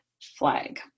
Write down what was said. flag